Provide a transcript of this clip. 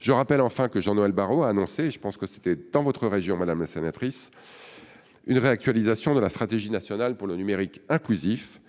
Je rappelle enfin que Jean-Noël Barrot a annoncé, dans votre région, me semble-t-il, madame la sénatrice, une réactualisation de la Stratégie nationale pour un numérique inclusif.